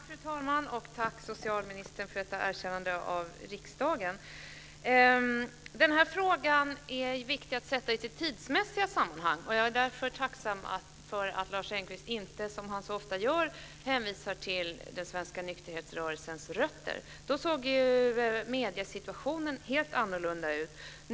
Fru talman! Jag tackar socialministern för detta erkännande av riksdagen. Det är viktigt att sätta in den här frågan i dess tidsmässiga sammanhang, och jag är därför tacksam för att Lars Engqvist inte, som han så ofta gör, hänvisar till den svenska nykterhetsrörelsens rötter. Mediesituationen såg på den tiden helt annorlunda ut.